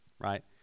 right